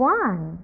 one